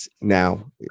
now